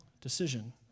decision